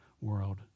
world